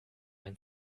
ein